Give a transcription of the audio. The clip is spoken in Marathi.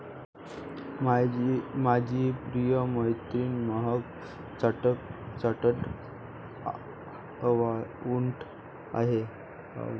माझी प्रिय मैत्रीण महक चार्टर्ड अकाउंटंट आहे